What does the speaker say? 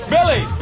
Billy